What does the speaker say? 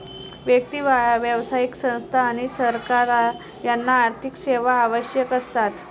व्यक्ती, व्यावसायिक संस्था आणि सरकार यांना आर्थिक सेवा आवश्यक असतात